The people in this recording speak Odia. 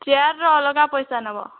ଚେୟାର୍ର ଅଲଗା ପଇସା ନେବ